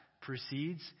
precedes